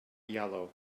yellow